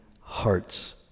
hearts